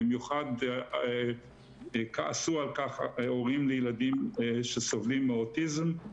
במיוחד, כעסו על כך הורים לילדים שסובלים מאוטיזם.